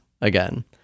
again